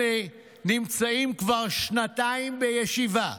אלה נמצאים כבר שנתיים בישיבה.